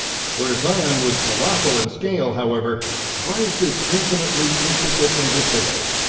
where zion was colossal and scale however bryce is infinitely intricate and detailed.